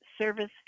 Service